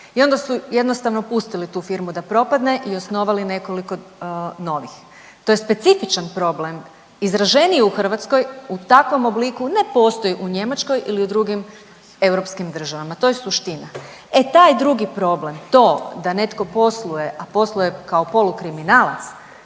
i onda su jednostavno pustili tu firmu da propadne i osnovali nekoliko novih. To je specifičan problem, izraženiji u Hrvatskoj, u takvom obliku ne postoji u Njemačkoj ili u drugim europskim državama, to je suština. E taj drugi problem to da netko posluje, a posluje kao polu kriminalac